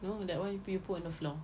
no that [one] you put on the floor